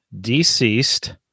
deceased